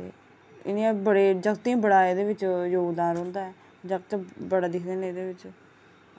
इनें बड़े जगतें ई बड़ा जगत बड़ा दिखदे न एह्दे च